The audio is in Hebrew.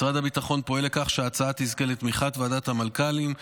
משרד הביטחון פועל לכך שההצעה תזכה לתמיכת ועדת המנכ"לים,